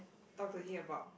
talk to him about